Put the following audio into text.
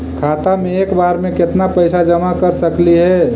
खाता मे एक बार मे केत्ना पैसा जमा कर सकली हे?